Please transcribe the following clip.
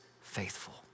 faithful